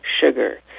sugar